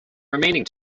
remaining